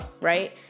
right